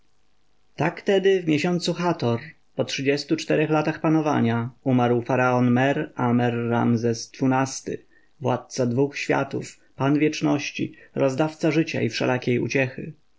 tak tedy w miesiącu hator po trzydziestu czterech latach panowania umarł faraon mer-amen-ramzes xii-ty władca dwu światów pan wieczności rozdawca życia i wszelakiej uciechy